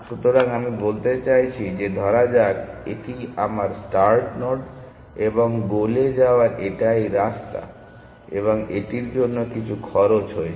সুতরাং আমি বলতে চাইছি যে ধরা যাক এটি আমার স্টার্ট নোড এবং গোলে যাওয়ার এটাই রাস্তা এবং এটির জন্য কিছু খরচ রয়েছে